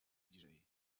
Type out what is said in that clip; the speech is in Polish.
bliżej